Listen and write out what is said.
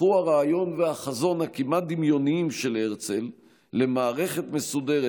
הפכו הרעיון והחזון הכמעט-דמיוניים של הרצל למערכת מסודרת,